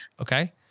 Okay